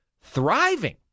thriving